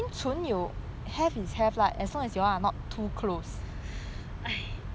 !aiya!